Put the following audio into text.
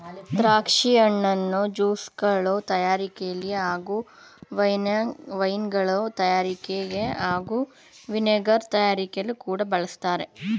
ದ್ರಾಕ್ಷಿ ಹಣ್ಣನ್ನು ಜ್ಯೂಸ್ಗಳ ತಯಾರಿಕೆಲಿ ಹಾಗೂ ವೈನ್ಗಳ ತಯಾರಿಕೆ ಹಾಗೂ ವಿನೆಗರ್ ತಯಾರಿಕೆಲಿ ಕೂಡ ಬಳಸ್ತಾರೆ